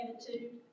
attitude